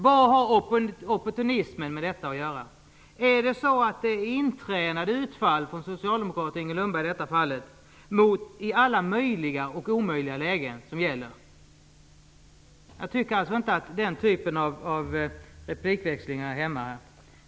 Vad har opportunismen med detta att göra? Är det i detta fall intränade utfall från socialdemokraten Inger Lundberg mot alla möjliga och omöjliga lägen som gäller? Jag tycker alltså inte att den typen av replikväxling hör hemma här.